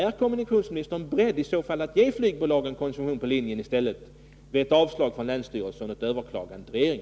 Är kommunikationsministern beredd att i händelse av avslag från länsstyrelsen och överklagande till regeringen i stället ge flygbolagen koncession på linjen?